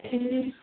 ए